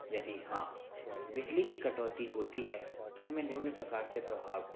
यदि हाँ बिजली की कटौती होती है तो हमें निम्न प्रकार से प्रभाव